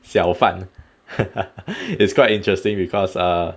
小贩 it's quite interesting because err